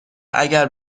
اگر